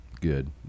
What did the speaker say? good